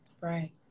right